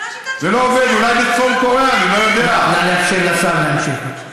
אני ממש לא רוצה להכות את הציבור.